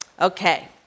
Okay